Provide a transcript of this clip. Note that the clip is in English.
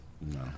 No